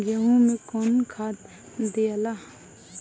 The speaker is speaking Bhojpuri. गेहूं मे कौन खाद दियाला?